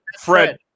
Fred